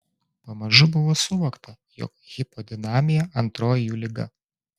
pamažu buvo suvokta jog hipodinamija antroji jų liga